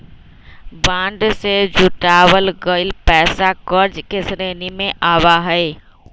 bond से जुटावल गइल पैसा कर्ज के श्रेणी में आवा हई